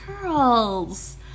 girls